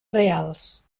reals